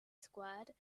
squared